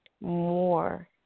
More